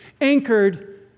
anchored